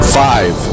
five